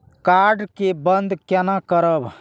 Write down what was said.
Card के बन्द केना करब?